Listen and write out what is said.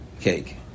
cake